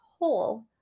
hole